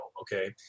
Okay